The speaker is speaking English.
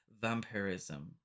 vampirism